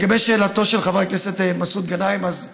לגבי שאלתו של חבר הכנסת מסעוד גנאים, כאמור,